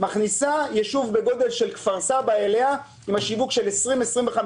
באר שבע מכניסה אליה ישוב בגודל של כפר סבא בשיווק של 25,000